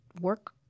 work